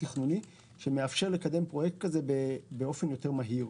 תכנוני שמאפשר לקדם פרויקט כזה באופן יותר מהיר,